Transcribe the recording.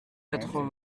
quatre